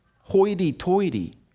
hoity-toity